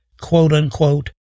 quote-unquote